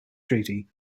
treaty